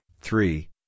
three